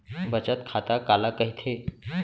बचत खाता काला कहिथे?